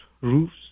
roofs